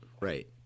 Right